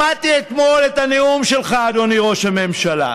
שמעתי אתמול את הנאום שלך, אדוני ראש הממשלה: